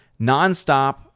nonstop